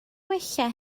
wella